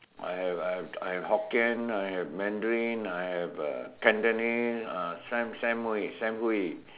I have I have I have Hokkien I have Mandarin I have uh Cantonese uh Sam Sam-Hui Sam-Hui